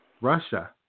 Russia